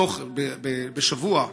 בשבוע,